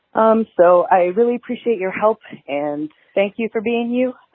um so i really appreciate your help and thank you for being you.